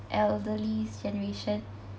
elderly's generation